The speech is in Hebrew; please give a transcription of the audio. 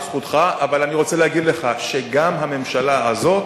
זכותך, אבל אני רוצה להגיד לך שגם הממשלה הזאת,